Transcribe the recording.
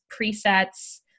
presets